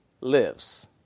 lives